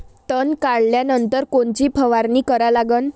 तन काढल्यानंतर कोनची फवारणी करा लागन?